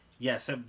Yes